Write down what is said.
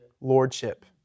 lordship